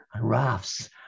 rafts